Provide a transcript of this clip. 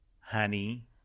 Honey